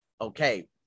Okay